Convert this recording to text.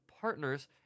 partners